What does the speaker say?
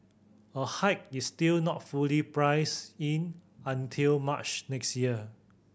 a hike is still not fully priced in until March next year